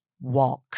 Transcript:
walk